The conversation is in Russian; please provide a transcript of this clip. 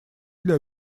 для